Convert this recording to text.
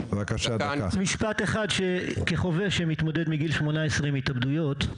משפט אחד מחובש שמתמודד מגיל 18 עם התאבדויות,